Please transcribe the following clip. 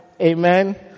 Amen